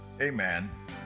Amen